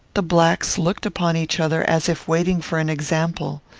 the blacks looked upon each other, as if waiting for an example.